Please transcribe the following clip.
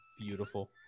beautiful